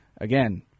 again